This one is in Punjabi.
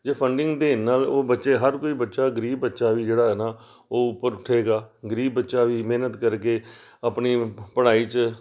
ਜੇ ਫੰਡਿੰਗ ਦੇਣ ਨਾਲ ਉਹ ਬੱਚੇ ਹਰ ਕੋਈ ਬੱਚਾ ਗਰੀਬ ਬੱਚਾ ਵੀ ਜਿਹੜਾ ਹੈ ਨਾ ਉਹ ਉੱਪਰ ਉਠੇਗਾ ਗਰੀਬ ਬੱਚਾ ਵੀ ਮਿਹਨਤ ਕਰਕੇ ਆਪਣੀ ਪੜ੍ਹਾਈ 'ਚ